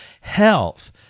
health